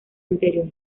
anterior